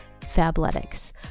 Fabletics